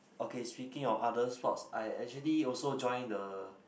okay speaking of other sports I actually also join the